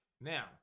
Now